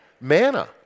manna